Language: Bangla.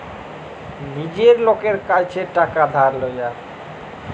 লীজের লকের কাছ থ্যাইকে টাকা ধার লিয়া